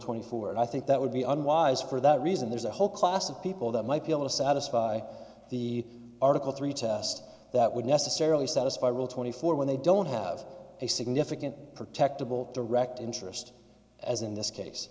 twenty four and i think that would be unwise for that reason there's a whole class of people that might be able to satisfy the article three test that would necessarily satisfy rule twenty four when they don't have a significant protectable direct interest as in this case